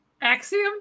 axiom